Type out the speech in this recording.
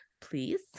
please